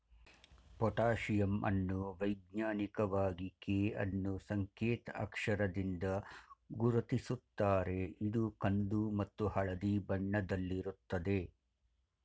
potassium ಅನ್ನು ವೈಜ್ಞಾನಿಕವಾಗಿ K ಅನ್ನೂ ಸಂಕೇತ್ ಅಕ್ಷರದಿಂದ ಗುರುತಿಸುತ್ತಾರೆ ಇದು ಕಂದು ಮತ್ತು ಹಳದಿ ಬಣ್ಣದಲ್ಲಿರುತ್ತದೆ